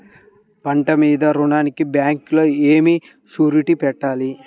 పంట మీద రుణానికి బ్యాంకులో ఏమి షూరిటీ పెట్టాలి?